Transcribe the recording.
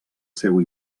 seu